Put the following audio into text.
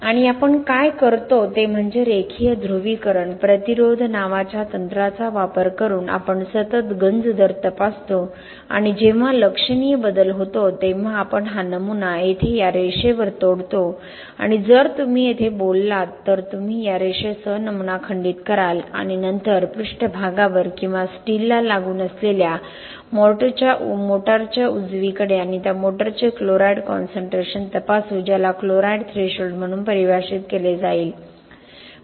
आणि आपण काय करतो ते म्हणजे रेखीय ध्रुवीकरण प्रतिरोध नावाच्या तंत्राचा वापर करून आपण सतत गंज दर तपासतो आणि जेव्हा लक्षणीय बदल होतो तेव्हा आपण हा नमुना येथे या रेषेवर तोडतो आणि जर तुम्ही इथे बोललो तर तुम्ही या रेषेसह नमुना खंडित कराल आणि नंतर पृष्ठभागावर किंवा स्टीलला लागून असलेल्या मोटरच्या उजवीकडे आपण त्या मोटरचे क्लोराईड कॉनसन्ट्रेशन तपासू ज्याला क्लोराईड थ्रेशोल्ड म्हणून परिभाषित केले जाईल